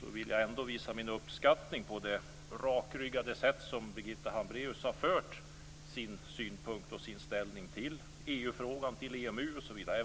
Då vill jag ändå visa min uppskattning för det rakryggade sätt som Birgitta Hambraeus har fört fram sin synpunkt och sin inställning till EU-frågan, EMU osv. på.